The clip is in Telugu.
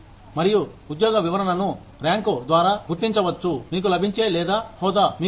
మరియు ఉద్యోగ వివరణను ర్యాంకు ద్వారా గుర్తించవచ్చు మీకు లభించే లేదా హోదా మీకు ఉంది